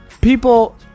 People